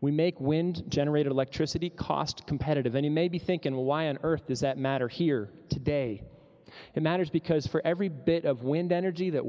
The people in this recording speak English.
we make wind generated electricity cost competitive any maybe thinking why on earth does that matter here today and that is because for every bit of wind energy that